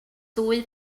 ddwy